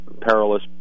perilous